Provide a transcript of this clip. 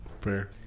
Fair